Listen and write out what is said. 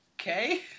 okay